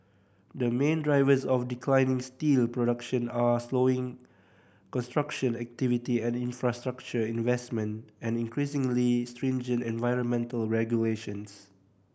the main drivers of declining steel production are slowing construction activity and infrastructure investment and increasingly stringent environmental regulations